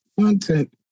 content